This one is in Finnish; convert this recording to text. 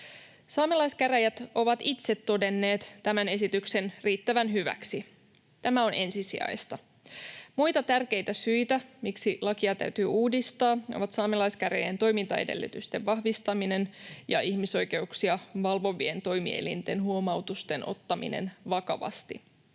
Saamelaiskäräjät ovat itse todenneet tämän esityksen riittävän hyväksi. Tämä on ensisijaista. Muita tärkeitä syitä, miksi lakia täytyy uudistaa, ovat saamelaiskäräjien toimintaedellytysten vahvistaminen ja ihmisoikeuksia valvovien toimielinten huomautusten ottaminen vakavasti.